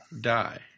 die